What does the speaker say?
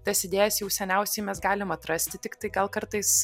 tas idėjas jau seniausiai mes galim atrasti tiktai gal kartais